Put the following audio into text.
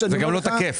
זה גם לא תקף.